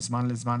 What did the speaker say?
מזמן לזמן,